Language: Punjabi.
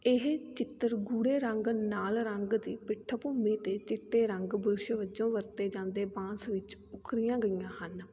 ਇਹ ਚਿੱਤਰ ਗੂੜੇ ਰੰਗ ਨਾਲ ਰੰਗ ਦੇ ਪਿੱਠ ਭੂਮੀ 'ਤੇ ਚਿੱਟੇ ਰੰਗ ਬੁਰਸ਼ ਵੱਜੋਂ ਵਰਤੇ ਜਾਂਦੇ ਬਾਂਸ ਵਿੱਚ ਉਖਰੀਆਂ ਗਈਆਂ ਹਨ